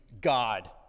god